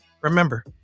Remember